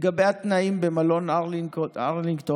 לגבי התנאים במלון הרלינגטון,